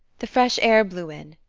the fresh air blew in,